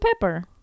pepper